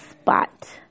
spot